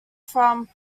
from